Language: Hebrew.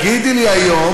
תגידי לי היום,